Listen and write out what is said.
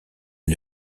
une